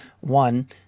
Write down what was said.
One